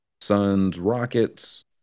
Suns-Rockets